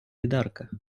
бідарка